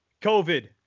COVID